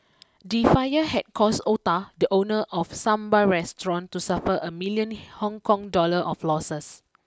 the fire had caused Ota the owner of a Sambar restaurant to suffer a million Hong Kong dollar of losses